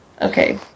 Okay